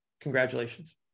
congratulations